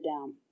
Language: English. down